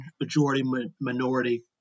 majority-minority